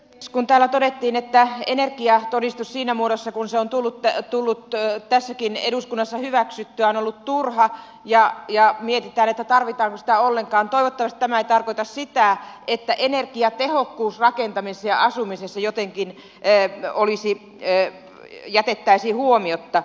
kun täällä todettiin että energiatodistus siinä muodossa kuin se on tullut tässäkin eduskunnassa hyväksyttyä on ollut turha ja mietitään että tarvitaanko sitä ollenkaan toivottavasti tämä ei tarkoita sitä että energiatehokkuus rakentamisessa ja asumisessa jotenkin jätettäisiin huomiotta